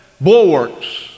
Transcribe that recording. bulwarks